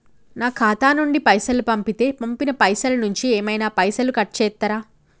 నా ఖాతా నుండి పైసలు పంపుతే పంపిన పైసల నుంచి ఏమైనా పైసలు కట్ చేత్తరా?